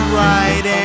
right